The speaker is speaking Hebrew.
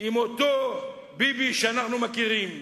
עם אותו ביבי שאנחנו מכירים.